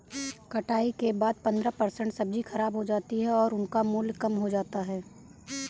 कटाई के बाद पंद्रह परसेंट सब्जी खराब हो जाती है और उनका मूल्य कम हो जाता है